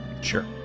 Sure